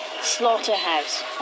slaughterhouse